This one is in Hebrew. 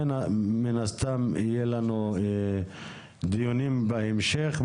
מן הסתם יהיו לנו דיונים בהמשך.